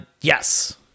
yes